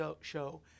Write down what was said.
show